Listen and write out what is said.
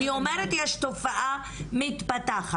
אני אומרת שזו תופעה מתפתחת.